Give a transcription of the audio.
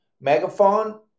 Megaphone